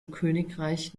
königreich